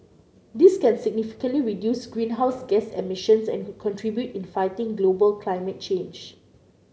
this can significantly reduce greenhouse gas emissions and could contribute in fighting global climate change